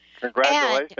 Congratulations